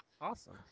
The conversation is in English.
awesome